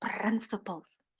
principles